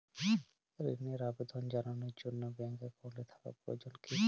ঋণের আবেদন জানানোর জন্য ব্যাঙ্কে অ্যাকাউন্ট থাকা প্রয়োজন কী?